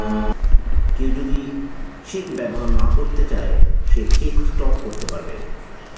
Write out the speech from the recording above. কেউ যদি চেক ব্যবহার না করতে চাই সে চেক স্টপ করতে পারবে